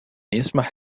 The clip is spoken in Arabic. يسمح